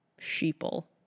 sheeple